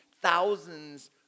thousands